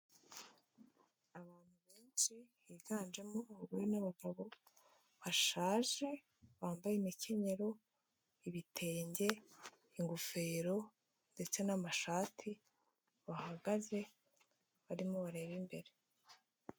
Abantu benshi higanjemo abagore n'abagabo bashaje, bambaye imikenyero, ibitenge, ingofero ndetse n'amashati, bahagaze barimo bareba imbere.